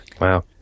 wow